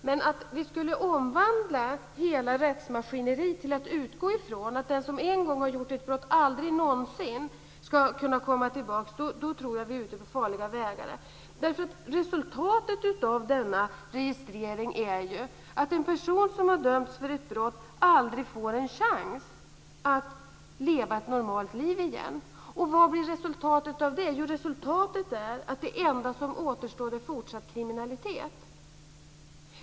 Men om vi omvandlar hela rättsmaskineriet och låter det utgå ifrån att den som en gång har begått ett brott aldrig någonsin ska kunna komma tillbaka tror jag att vi är ute på farliga vägar. Resultatet av denna registrering är ju att en person som har dömts för ett brott aldrig får en chans att leva ett normalt liv igen. Vad blir resultatet av det? Jo, resultatet är att det enda som återstår är fortsatt kriminalitet.